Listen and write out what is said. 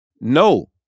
No